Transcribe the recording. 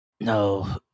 No